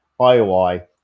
ioi